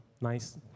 nice